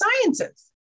sciences